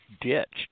ditched